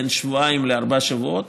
בין שבועיים לארבעה שבועות,